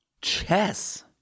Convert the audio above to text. Chess